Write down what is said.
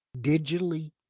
Digitally